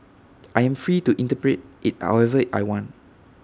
I am free to interpret IT however I want